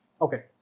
Okay